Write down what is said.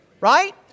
Right